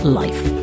life